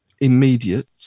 immediate